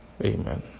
Amen